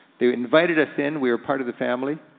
they invited us in, we were part of the family.